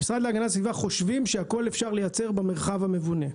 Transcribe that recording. שחושבים שאפשר לייצר הכל במרחב המבונה.